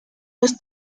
los